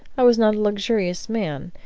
i was not a luxurious man,